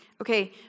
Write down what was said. Okay